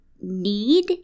need